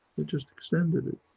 it just extended it.